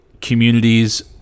communities